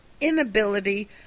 inability